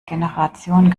generation